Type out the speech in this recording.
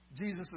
Jesus